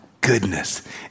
goodness